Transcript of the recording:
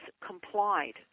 complied